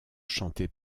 chantés